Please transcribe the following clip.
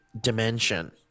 dimension